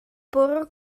bwrw